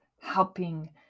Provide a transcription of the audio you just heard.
helping